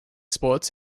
sports